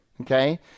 Okay